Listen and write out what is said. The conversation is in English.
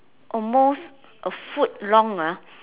almost a foot long ah